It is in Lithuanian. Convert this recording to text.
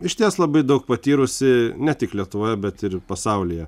išties labai daug patyrusi ne tik lietuvoje bet ir pasaulyje